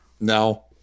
No